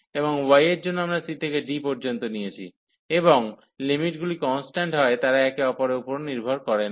এবং y এর জন্য আমরা c থেকে d পর্যন্ত নিচ্ছি এবং লিমিটগুলি কন্সট্যান্ট হয় তারা একে অপরের উপর নির্ভর করে না